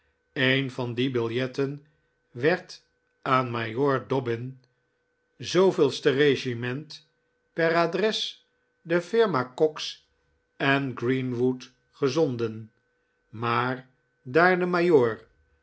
een van die biljetten werd aan majoor dobbin de reg p a de flrma cox en greenwood gezonden maar daar de